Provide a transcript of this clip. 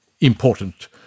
important